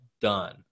done